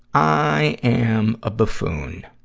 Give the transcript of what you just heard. i am a buffoon.